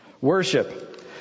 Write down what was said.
Worship